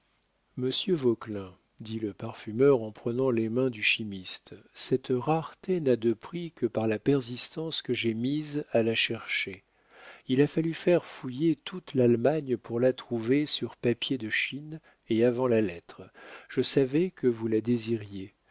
vauquelin dit le parfumeur en prenant les mains du chimiste cette rareté n'a de prix que par la persistance que j'ai mise à la chercher il a fallu faire fouiller toute l'allemagne pour la trouver sur papier de chine et avant la lettre je savais que vous la désiriez